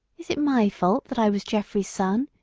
is it my fault that i was geoffrey's son?